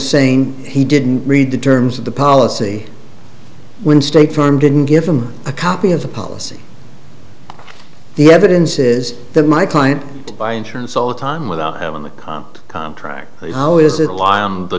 saying he didn't read the terms of the policy when state farm didn't give them a copy of the policy the evidence is that my client buy insurance all the time without having a comp contract how is it the